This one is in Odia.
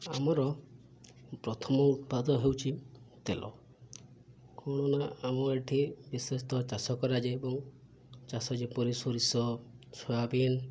ଆମର ପ୍ରଥମ ଉତ୍ପାଦ ହେଉଛି ତେଲ କ'ଣ ନା ଆମ ଏଇଠି ବିଶେଷତଃ ଚାଷ କରାଯାଏ ଏବଂ ଚାଷ ଯେପରି ସୋରିଷ ସୋୟାବିନ୍